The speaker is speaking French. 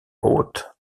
haute